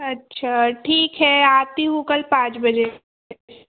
अच्छा ठीक है आती हूँ कल पाँच बजे